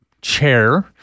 chair